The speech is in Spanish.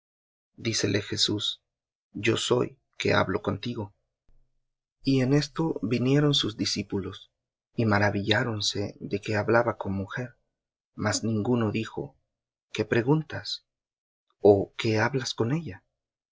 dícele jesús yo soy que hablo contigo y en esto vinieron sus discípulos y maravilláronse de que hablaba con mujer mas ninguno dijo qué preguntas ó qué hablas con ella